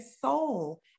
soul